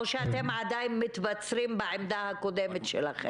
שאתם עדיין מתבצרים בעמדה הקודמת שלכם?